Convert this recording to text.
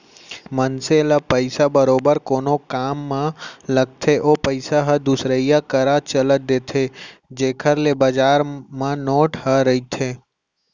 मनसे ल पइसा बरोबर कोनो काम म लगथे ओ पइसा ह दुसरइया करा चल देथे जेखर ले बजार म नोट ह रहिथे